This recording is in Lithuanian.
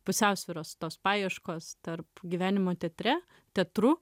pusiausvyros tos paieškos tarp gyvenimo teatre teatru